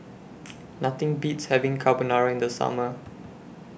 Nothing Beats having Carbonara in The Summer